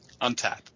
Untap